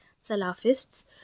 Salafists